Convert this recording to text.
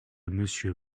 monsieur